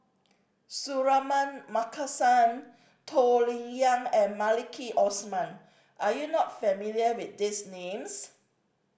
Suratman Markasan Toh Liying and Maliki Osman are you not familiar with these names